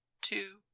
two